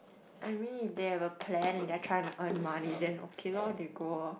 I mean if they have a plan and they're trying to earn money then okay lor they go lor